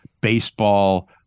baseball